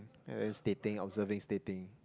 stating observing stating